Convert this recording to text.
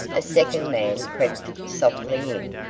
a second man crept softly in,